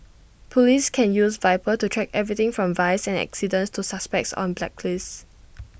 Police can use Viper to track everything from vice and accidents to suspects on blacklists